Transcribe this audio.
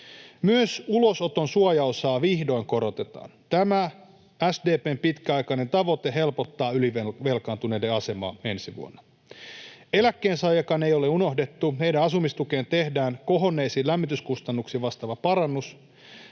Myös ulosoton suojaosaa vihdoin korotetaan. Tämä SDP:n pitkäaikainen tavoite helpottaa ylivelkaantuneiden asemaa ensi vuonna. Eläkkeensaajiakaan ei ole unohdettu. Heidän asumistukeensa tehdään kohonneisiin lämmityskustannuksiin vastaava parannus.